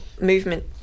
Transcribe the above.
movement